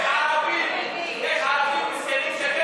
יש ערבים מסכנים שכן